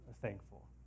thankful